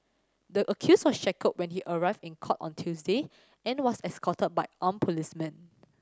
the accused was shackled when he arrived in court on Tuesday and was escorted by armed policemen